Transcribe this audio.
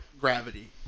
gravity